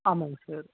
ஆமாங்க சார்